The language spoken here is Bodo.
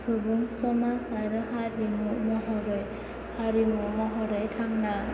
सुबुं समाज आरो हारिमु महरै थांना